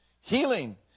Healing